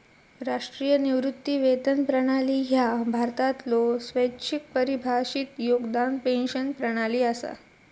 राष्ट्रीय निवृत्ती वेतन प्रणाली ह्या भारतातलो स्वैच्छिक परिभाषित योगदान पेन्शन प्रणाली असा